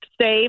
save